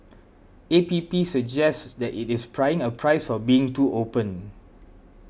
A P P suggests it is paying a price for being too open